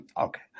Okay